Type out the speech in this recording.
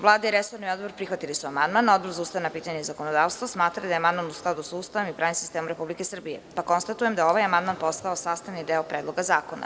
Vlada i resorni odbor prihvatili su amandman, a Odbor za ustavna pitanja i zakonodavstvo smatraju da je amandman u skladu sa ustavom i pravnim sistemom Republike Srbije, pa konstatujem da je ovaj amandman postao sastavni deo Predloga zakona.